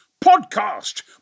Podcast